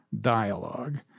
dialogue